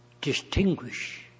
Distinguish